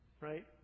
Right